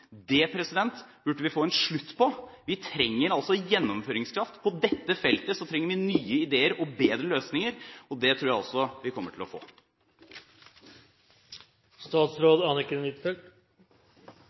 burde vi få en slutt på. Vi trenger altså gjennomføringskraft. På dette feltet trenger vi nye ideer og bedre løsninger, og det tror jeg også vi kommer til å